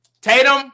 Tatum